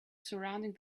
surrounding